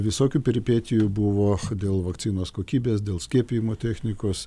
visokių peripetijų buvo dėl vakcinos kokybės dėl skiepijimo technikos